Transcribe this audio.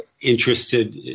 interested